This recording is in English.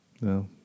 No